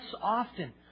often